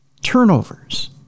Turnovers